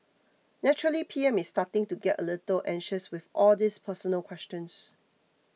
naturally P M is starting to get a little anxious with all these personal questions